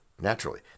Naturally